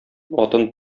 атын